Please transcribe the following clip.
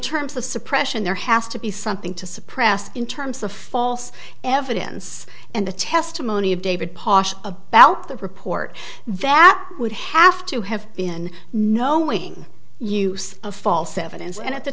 terms of suppression there has to be something to suppress in terms of false evidence and the testimony of david pasha about the report that would have to have been knowing use of false evidence and at the